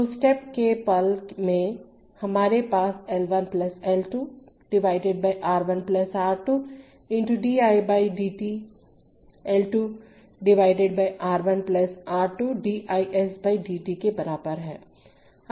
तो स्टेप के पल में हमारे पास L 1 L 2 R 1 R 2 × d I 1 d t L 2 R 1 R 2 d I s d t के बराबर है